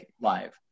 live